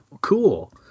cool